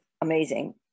amazing